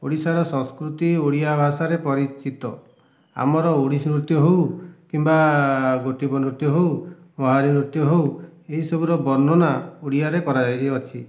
ଓଡ଼ିଶାର ସଂସ୍କୃତି ଓଡ଼ିଆ ଭାଷାରେ ପରିଚିତ ଆମର ଓଡ଼ିଶୀ ନୃତ୍ୟ ହେଉ କିମ୍ବା ଗୋଟିପୁଅ ନୃତ୍ୟ ହେଉ ମହାରୀ ନୃତ୍ୟ ହେଉ ଏହି ସବୁର ବର୍ଣ୍ଣନା ଓଡ଼ିଆରେ କରାଯାଇଅଛି